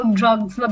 drugs